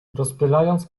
rozpylając